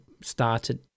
started